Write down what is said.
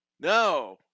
No